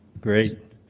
great